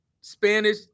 Spanish –